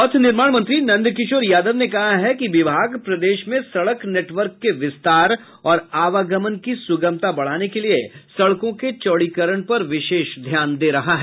पथ निर्माण मंत्री नंदकिशोर यादव ने कहा है कि विभाग प्रदेश में सड़क नेटवर्क के विस्तार और आवागमन की सुगमता बढ़ाने के लिए सड़कों के चौड़ीकरण पर विशेष ध्यान दे रहा है